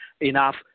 enough